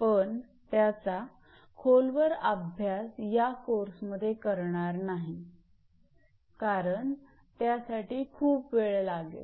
पण त्याचा खोलवर अभ्यास या कोर्समध्ये करणार नाही कारण त्यासाठी खूप वेळ लागेल